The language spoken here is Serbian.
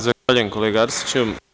Zahvaljujem, kolega Arsiću.